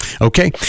Okay